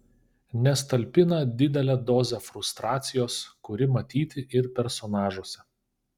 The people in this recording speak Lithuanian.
nes talpina didelę dozę frustracijos kuri matyti ir personažuose